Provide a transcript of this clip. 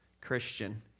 Christian